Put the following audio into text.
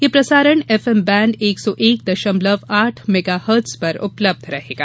ये प्रसारण FM band एक सौ एक दशमलव आठ मेगा हट्ज पर उपलब्ध रहेगा